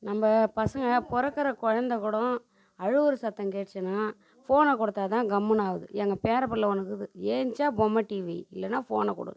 நம்ப பசங்க பிறக்குற குழந்த கூடம் அழுகிற சத்தம் கேட்டுச்சுன்னா ஃபோனை கொடுத்தா தான் கம்முன்னு ஆகுது எங்கள் பேரப்பிள்ள ஒன்றுருக்குது ஏந்திச்சா பொம்மை டிவி இல்லைன்னா ஃபோனை கொடு